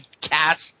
cast